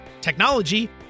technology